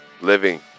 living